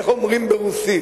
איך אומרים ברוסית,